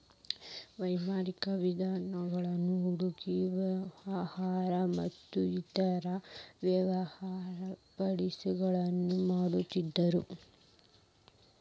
ವೈಯಕ್ತಿಕ ವಿಧಾನದಾಗ ಹುಂಡಿ ವ್ಯವಹಾರ ಮತ್ತ ಇತರೇ ವ್ಯಾಪಾರದಂಧೆಗಳನ್ನ ಮಾಡ್ತಿದ್ದರು